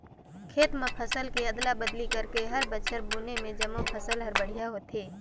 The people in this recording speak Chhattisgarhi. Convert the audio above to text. खेत म फसल के अदला बदली करके हर बछर बुने में जमो फसल हर बड़िहा होथे